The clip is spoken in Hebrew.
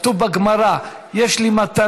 כתוב בגמרא: יש לי מתנה,